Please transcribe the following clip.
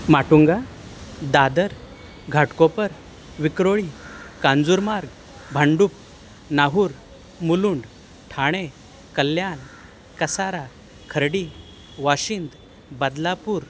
Matunga Dadar Ghatkopar Vikhroli Kanjurmarg Bhandup Nahur Mulund Thane Kalyan Kasara Khardi Vasind Badlapur